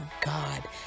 God